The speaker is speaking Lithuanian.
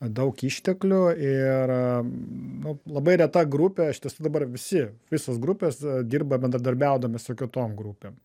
daug išteklių ir nu labai reta grupė iš tiesų dabar visi visos grupės dirba bendradarbiaudami su kitom grupėm